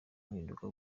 impinduka